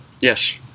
Yes